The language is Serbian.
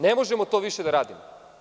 Ne možemo to više da radimo.